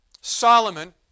Solomon